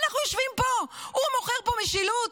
אנחנו יושבים פה, הוא מוכר פה משילות?